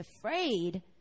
afraid